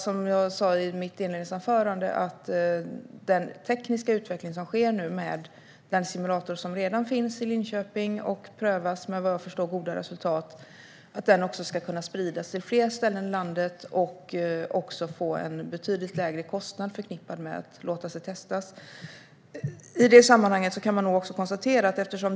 Som jag sa i mitt inledningsanförande tror jag på den tekniska utveckling som nu sker med den simulator som redan finns i Linköping och som prövas med goda resultat. Jag hoppas att den ska kunna spridas till fler ställen i landet och att det därmed ska bli en betydligt lägre kostnad för att låta sig testas.